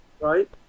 right